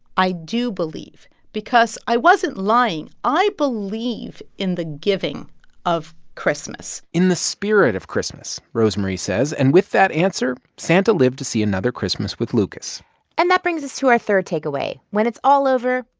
i do believe because i wasn't lying. i believe in the giving of christmas in the spirit of christmas, rosemarie says. and with that answer, santa lived to see another christmas with lucas and that brings us to our third takeaway. when it's all over,